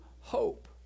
hope